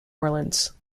orleans